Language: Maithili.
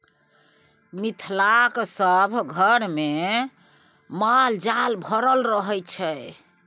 मिथिलाक सभ घरमे माल जाल भरल रहय छै